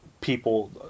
people